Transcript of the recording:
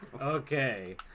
Okay